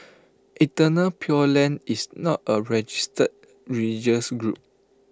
eternal pure land is not A registered religious group